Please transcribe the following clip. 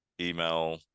email